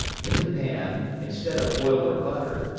in the pan, instead of oil or butter,